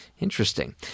Interesting